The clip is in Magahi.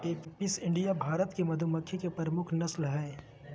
एपिस इंडिका भारत मे मधुमक्खी के प्रमुख नस्ल हय